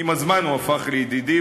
עם הזמן הוא הפך לידידי.